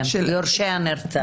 יורשי הנרצחת.